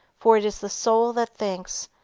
for it is the soul that thinks,